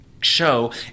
show